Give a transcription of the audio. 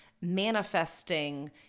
manifesting